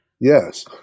Yes